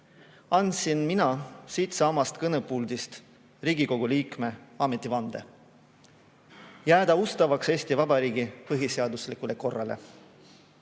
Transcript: andsin mina siinsamas kõnepuldis Riigikogu liikme ametivande jääda ustavaks Eesti Vabariigi põhiseaduslikule korrale.